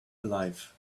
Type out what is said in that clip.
alive